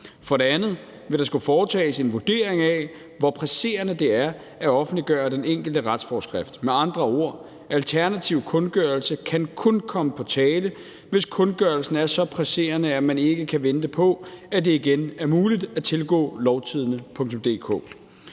For det andet vil der skulle foretages en vurdering af, hvor presserende det er at offentliggøre den enkelte retsforskrift. Med andre ord: Alternativ kundgørelse kan kun komme på tale, hvis kundgørelsen er så presserende, at man ikke kan vente på, at det igen er muligt at tilgå lovtidende.dk.